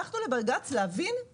הלכנו לבג"ץ להבין אם